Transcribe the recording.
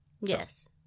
yes